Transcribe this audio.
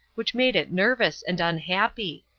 which made it nervous and unhappy.